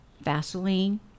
vaseline